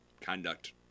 conduct